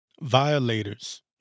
Violators